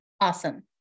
awesome